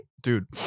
Dude